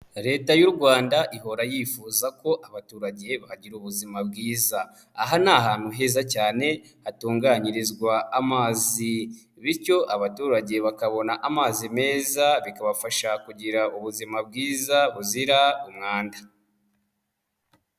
Leta y'u Rwanda ihora yifuza ko abaturage bagira ubuzima bwiza, aha ni ahantu heza cyane hatunganyirizwa amazi bityo abaturage bakabona amazi meza, bikabafasha kugira ubuzima bwiza buzira umwanda.